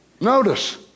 Notice